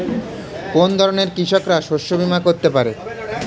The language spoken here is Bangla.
কোন ধরনের কৃষকরা শস্য বীমা করতে পারে?